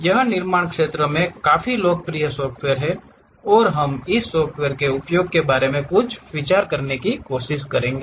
यह निर्माण क्षेत्र में काफी लोकप्रिय सॉफ्टवेयर है और हम इस सॉफ़्टवेयर के उपयोग के बारे में कुछ विचार करने की कोशिश करेंगे